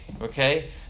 okay